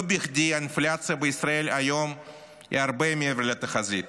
לא בכדי האינפלציה בישראל היום היא הרבה מעבר לתחזית,